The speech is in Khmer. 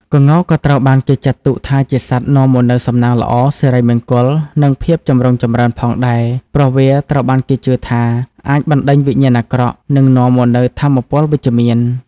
ក្ងោកក៏ត្រូវបានគេចាត់ទុកថាជាសត្វនាំមកនូវ សំណាងល្អ សិរីមង្គល និង ភាពចម្រុងចម្រើន ផងដែរ ព្រោះវាត្រូវបានគេជឿថាអាចបណ្តេញវិញ្ញាណអាក្រក់ និងនាំមកនូវថាមពលវិជ្ជមាន។